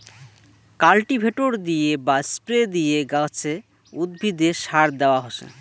cultivator দিয়ে বা spray দিয়ে গাছে, উদ্ভিদে সার দেয়া হসে